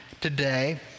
today